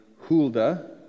Hulda